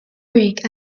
rig